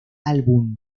álbum